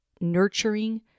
nurturing